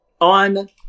On